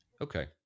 Okay